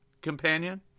companion